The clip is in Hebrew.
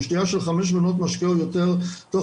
שתייה של חמש מנות משקה או יותר תוך